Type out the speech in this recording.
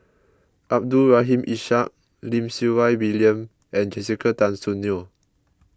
Abdul Rahim Ishak Lim Siew Wai William and Jessica Tan Soon Neo